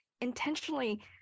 intentionally